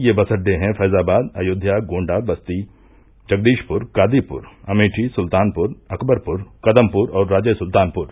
ये बस अड्डे हैं फैजाबाद अयोध्या गोण्डा बस्ती जगदीशपुर कादीपुर अमेठी सुल्तानपुर अकबरपुर कदमपुर और राजेसुल्तानपुर